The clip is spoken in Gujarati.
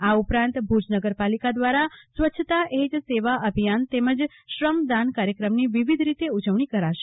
આ ઉપરાંત ભુજ નગરપાલિકા દ્વારા સ્વચ્છતા એજ સેવા અભિયાન તેમજ શ્રમ દાન કાર્યક્રમ ની વિવિધ રીતે ઉજવણી કરાશે